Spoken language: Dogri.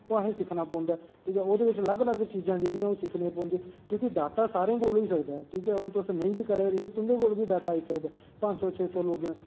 ओह् असें सिक्खना पौंदा ऐ ठीक ऐ ते ओह्दे बिच अलग अलग चीज़ां जेह्ड़ियां ओह् सिक्खना पौंदियां की के डाटा सारें कोल होई सकदा ऐ ठीक ऐ ते हून तुस नेईं करो तुं'दे कोल बी डाटा आई सकदा ऐ पंज सौ छे सौ लोकें दा